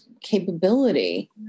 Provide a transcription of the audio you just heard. capability